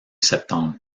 septembre